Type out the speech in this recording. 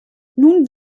nun